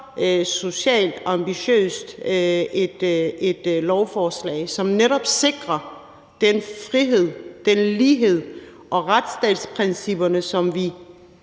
socialt ambitiøst lovforslag, som netop sikrer den frihed, den lighed og de retsstatsprincipper, altså